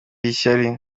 ishyari